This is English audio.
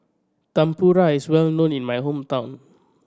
tempura is well known in my hometown